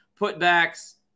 putbacks